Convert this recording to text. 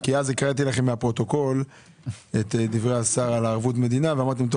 כי אז הקראתי לכם מהפרוטוקול את דברי השר על ערבות מדינה ואמרתם טוב,